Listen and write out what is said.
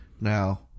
now